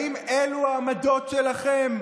האם אלו העמדות שלכם?